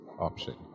option